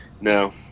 No